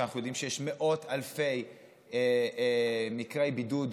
שאנחנו יודעים שיש מאות אלפי מקרי בידוד,